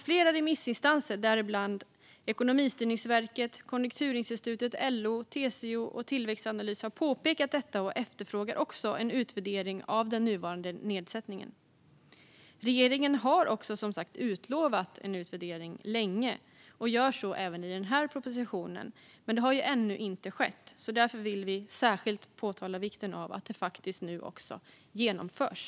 Flera remissinstanser, däribland Ekonomistyrningsverket, Konjunkturinstitutet, LO, TCO och Tillväxtanalys, har påpekat detta och efterfrågar också en utvärdering av den nuvarande nedsättningen. Regeringen har som sagt länge utlovat en utvärdering och gör så även i denna proposition. Men det har ännu inte skett, och vi vill därför särskilt påpeka vikten av att en utvärdering faktiskt nu också genomförs.